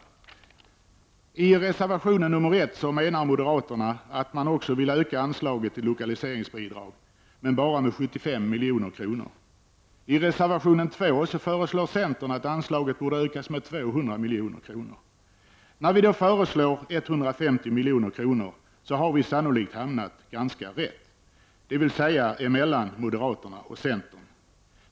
I reservation 1 menar moderaterna att de också vill öka anslaget till lokaliseringsbidrag, men bara med 75 milj.kr. I reservation 2 föreslår centern att anslaget borde ökas med 200 milj.kr. När vi föreslår 150 milj.kr. har vi sannolikt hamnat ganska rätt, dvs. mellan moderaterna och centern.